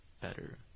better